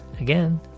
Again